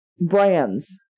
brands